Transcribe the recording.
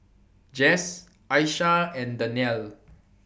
Jess Aisha and Dannielle